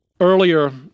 earlier